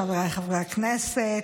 חבריי חברי הכנסת,